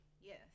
Yes